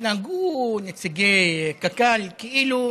התנהגו נציגי קק"ל כאילו